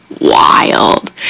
wild